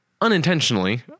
unintentionally